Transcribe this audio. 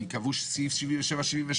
כי קבעו סעיף 77-78,